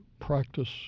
practice